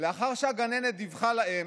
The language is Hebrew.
לאחר שהגננת דיווחה לאם,